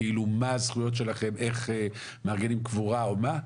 כאילו, מה הזכויות שלכם איך מארגנים קבורה או מה?